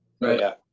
right